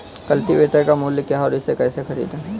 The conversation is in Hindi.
कल्टीवेटर का मूल्य क्या है और इसे कैसे खरीदें?